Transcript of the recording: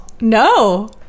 No